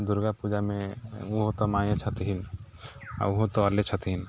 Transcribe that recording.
दुर्गा पूजामे ओहो तऽ माये छथिन्ह आ ओह अल्ले छथिन्ह